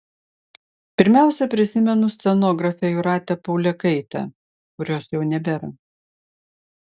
pirmiausia prisimenu scenografę jūratę paulėkaitę kurios jau nebėra